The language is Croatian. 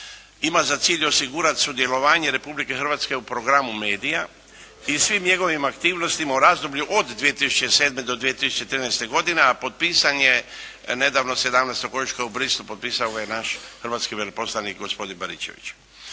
ima za cilj osigurati sudjelovanje Republike Hrvatske u Programu Media i svim njegovim aktivnostima u razdoblju od 2007. do 2013. godine, a potpisan je nedavno 17. ožujka u Bruxellesu, potpisao ga je naš hrvatski veleposlanik gospodin Baričević.